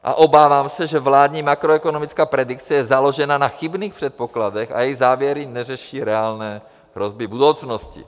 A obávám se, že vládní makroekonomická predikce je založena na chybných předpokladech a jejich závěry neřeší reálné hrozby budoucnosti.